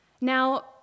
Now